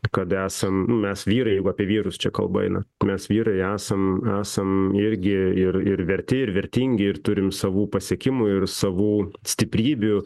kad esam nu mes vyrai jeigu apie vyrus čia kalba eina mes vyrai esam esam irgi ir ir verti ir vertingi ir turim savų pasiekimų ir savų stiprybių